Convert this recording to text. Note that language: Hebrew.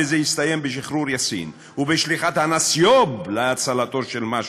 וזה הסתיים בשחרור יאסין ובשליחת הנסיוב להצלתו של משעל.